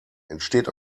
entsteht